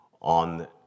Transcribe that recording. on